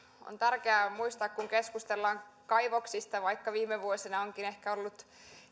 on tärkeää muistaa kun keskustellaan kaivoksista että vaikka viime vuosina onkin ehkä ollut